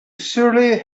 surely